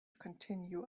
continue